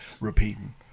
repeating